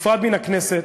נפרד מן הכנסת